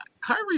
Kyrie